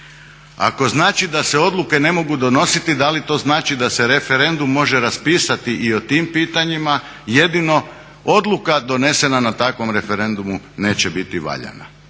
Ako znači da se odluke ne mogu donositi, da li to znači da se referendum može raspisati i o tim pitanjima jedino odluka donesena na takvom referendumu neće biti valjana.